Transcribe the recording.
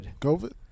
COVID